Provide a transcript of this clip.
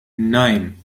nein